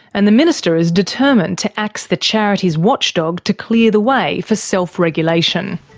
and the minister is determined to axe the charities watchdog to clear the way for self-regulation.